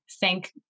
thank